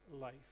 life